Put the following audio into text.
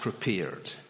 prepared